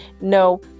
no